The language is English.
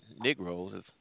Negroes